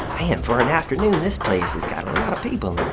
man! for an afternoon this place has kind of a lot of people